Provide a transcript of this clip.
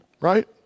right